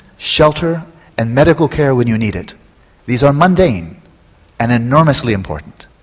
shelter and medical care when you need it these are mundane and enormously important.